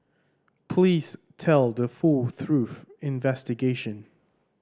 please tell the full truth investigation